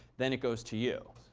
then it goes to you.